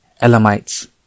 Elamites